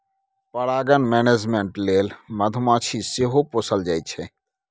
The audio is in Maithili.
परागण मेनेजमेन्ट लेल मधुमाछी सेहो पोसल जाइ छै